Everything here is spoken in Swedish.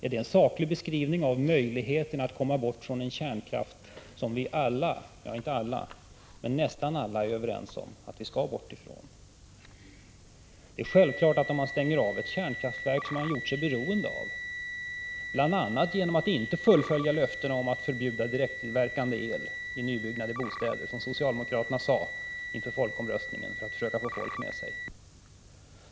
Är det en saklig beskrivning av möjligheten att komma bort från en kärnkraft som vi alla — ja inte alla, men nästan alla — är överens om att vi skall bort ifrån? Det är självklart att man tvingas finna någon ersättning om man stänger av ett kärnkraftverk som man har gjort sig beroende av bl.a. genom att inte fullfölja löften om att förbjuda direktverkande elvärme i nybyggda hus, vilket socialdemokraterna lovade inför folkomröstningen för att försöka få folk med sig.